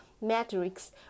metrics